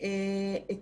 את